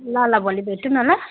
ल ल भोलि भेट्यौँ न ल